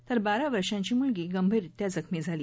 तर बारा वर्षांची मुलगी गंभीररीत्या जखमी झाली